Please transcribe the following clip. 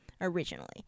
originally